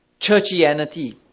churchianity